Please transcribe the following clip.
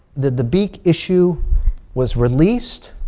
the dabiq issue was released.